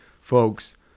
folks